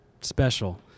special